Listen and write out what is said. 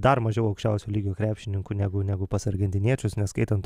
dar mažiau aukščiausio lygio krepšininkų negu negu pas argentiniečius neskaitant